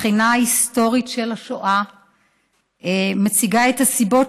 בחינה היסטורית של השואה מציגה את הסיבות